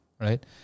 Right